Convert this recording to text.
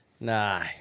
Nah